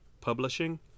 publishing